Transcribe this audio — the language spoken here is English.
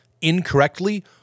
incorrectly